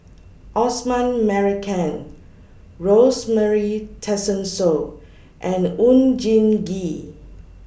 Osman Merican Rosemary Tessensohn and Oon Jin Gee